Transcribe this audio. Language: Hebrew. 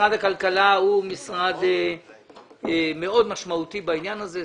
משרד הכלכלה הוא משרד מאוד משמעותי בעניין הזה.